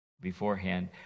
beforehand